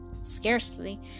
scarcely